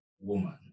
woman